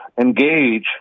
engage